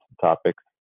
topics